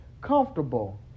comfortable